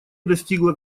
достигла